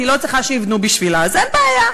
היא לא צריכה שיבנו בשבילה, אז אין בעיה.